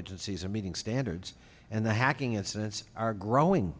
agencies are meeting standards and the hacking incidents are growing